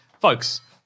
Folks